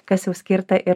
kas jau skirta ir